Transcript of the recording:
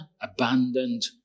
abandoned